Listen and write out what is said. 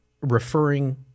referring